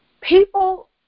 people